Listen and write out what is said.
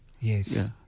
Yes